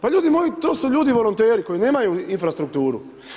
Pa ljudi moji to su ljudi volonteri koji nemaju infrastrukturu.